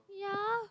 yeah